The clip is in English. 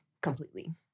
completely